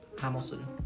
Hamilton